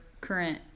current